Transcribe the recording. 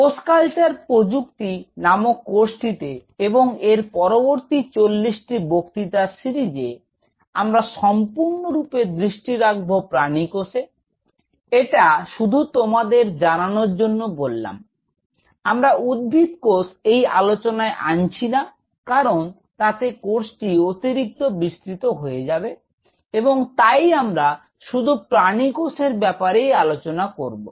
কোষ কালচার প্রযুক্তি নামক কোর্সটিতে এবং এর পরবর্তী 40টি বক্তৃতার সিরিজে আমরা সম্পূর্ণরূপে দৃষ্টি রাখব প্রানীকোষে এটা শুধু তোমাদের জানানোর জন্যে বললাম আমরা উদ্ভিদ কোষ এই আলোচনায় আনছি না কারন তাতে কোর্সটি অতিরিক্ত বিস্তৃত হয়ে যাবে এবং তাই আমরা শুধু প্রানী কোষের ব্যাপারেই আলোচনা করব